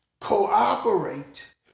cooperate